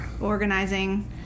organizing